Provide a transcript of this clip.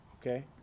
okay